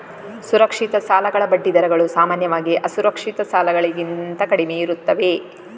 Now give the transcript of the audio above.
ಸುರಕ್ಷಿತ ಸಾಲಗಳ ಬಡ್ಡಿ ದರಗಳು ಸಾಮಾನ್ಯವಾಗಿ ಅಸುರಕ್ಷಿತ ಸಾಲಗಳಿಗಿಂತ ಕಡಿಮೆಯಿರುತ್ತವೆ